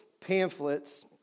pamphlets